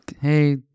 Hey